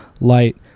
light